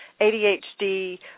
ADHD